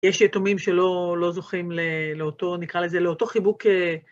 יש יתומים שלא זוכים לאותו, נקרא לזה, לאותו חיבוק.